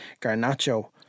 Garnacho